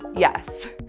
yes.